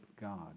God